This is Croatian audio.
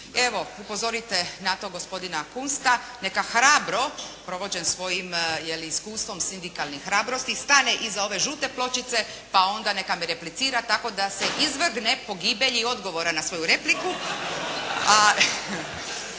Evo, upozorite na to gospodina Kunsta. Neka hrabro, provođen svojim je li iskustvom sindikalne hrabrosti stane iza ove žute pločice pa onda neka mi replicira, tako da se izvrgne pogibelji i odgovora na svoju repliku.